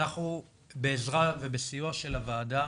אנחנו בעזרה ובסיוע של הוועדה,